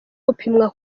gupimwa